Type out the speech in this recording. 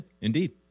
indeed